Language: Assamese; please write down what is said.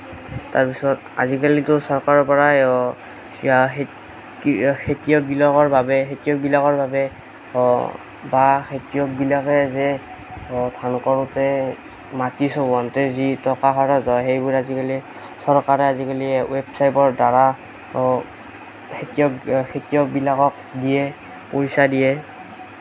তাৰপিছত আজিকালিতো চৰকাৰৰ পৰাই খেতিয়কবিলাকৰ বাবে খেতিয়কবিলাকৰ বাবে বা খেতিয়কবিলাকে যে ধান কৰোঁতে মাটি চহাওঁতে যি টকা সৰা যায় সেইবোৰ আজিকালি চৰকাৰে আজিকালি ৱেবছাইপৰ দ্ৱাৰা খেতিয়ক খেতিয়কবিলাকক দিয়ে পইচা দিয়ে